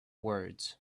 words